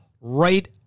right